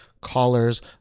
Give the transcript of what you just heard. callers